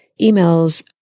emails